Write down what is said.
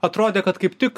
atrodė kad kaip tik